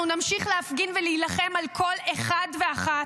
אנחנו נמשיך להפגין ולהילחם על כל אחד ואחת,